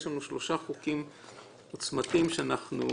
יש לנו שלושה חוקים או צמתים שאנחנו